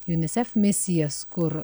junisef misijas kur